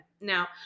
Now